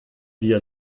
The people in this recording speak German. wir